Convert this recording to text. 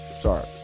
Sorry